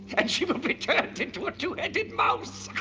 and she will be turned into a two-headed mouse.